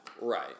Right